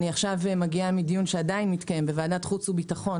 אני מגיעה עכשיו מדיון שמתקיים עדיין בוועדת חוץ וביטחון